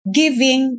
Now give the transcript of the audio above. giving